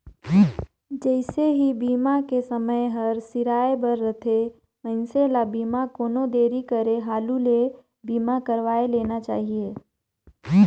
जइसे ही बीमा के समय हर सिराए बर रथे, मइनसे ल बीमा कोनो देरी करे हालू ले बीमा करवाये लेना चाहिए